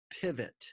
pivot